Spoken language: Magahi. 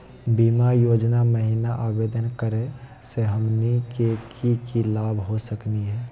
बीमा योजना महिना आवेदन करै स हमनी के की की लाभ हो सकनी हे?